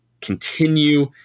continue